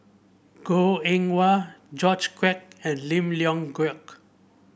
Goh Eng Wah George Quek and Lim Leong Geok